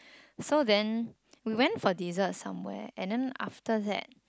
so then we went for dessert somewhere and then after that